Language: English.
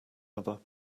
other